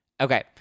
Okay